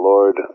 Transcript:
Lord